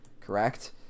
correct